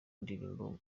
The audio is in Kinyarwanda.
indirimbo